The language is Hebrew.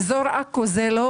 עכו.